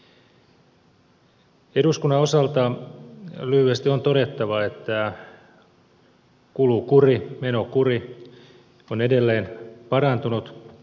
eduskunnan osalta on lyhyesti todettava että kulukuri menokuri on edelleen parantunut